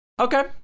okay